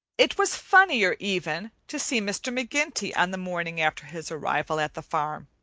it was funnier, even, to see mr. mcginty on the morning after his arrival at the farm,